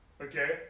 Okay